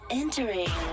entering